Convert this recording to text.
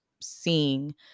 seeing